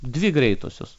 dvi greitosios